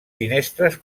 finestres